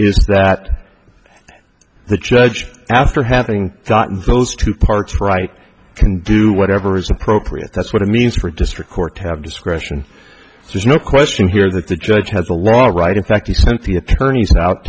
is that the judge after having gotten those two parts right can do whatever is appropriate that's what it means for district court to have discretion there's no question here that the judge has a lot right in fact he sent the attorneys out